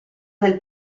del